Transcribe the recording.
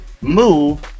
move